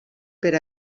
per